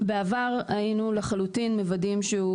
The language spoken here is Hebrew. בעבר היינו לחלוטין מוודאים.